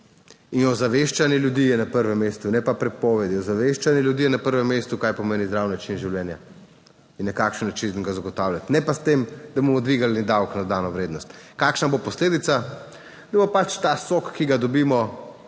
In ozaveščanje ljudi je na prvem mestu, ne pa prepovedi. Ozaveščanje ljudi je na prvem mestu, kaj pomeni zdrav način življenja in na kakšen način ga zagotavljati, ne pa s tem, da bomo dvignili davek na dodano vrednost. Kakšna bo posledica - da bo ta sok, ki ga dobimo